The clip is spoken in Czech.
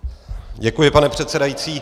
Děkuji, pane předsedající.